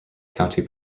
county